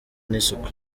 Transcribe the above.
n’isuku